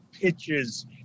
pitches